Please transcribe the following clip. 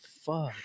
fuck